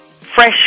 fresh